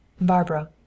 Barbara